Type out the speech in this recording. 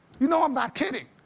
you know i'm not kidding.